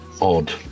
odd